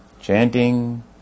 chanting